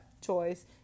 choice